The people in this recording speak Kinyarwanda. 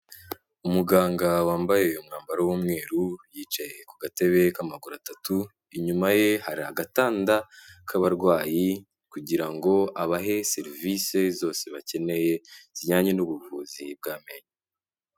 Umuganga wambaye umwambaro w'umweru, yicaye ku gatebe k'amaguru atatu, inyuma ye hari agatanda k'abarwayi kugira ngo abahe serivisi zose bakeneye, zijyanye n'ubuvuzi bw'amenyo.